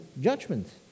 judgment